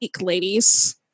ladies